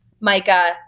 Micah